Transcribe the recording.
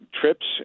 trips